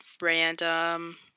Random